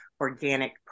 organic